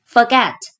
Forget